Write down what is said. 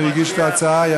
שהגיש את ההצעה,